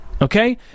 Okay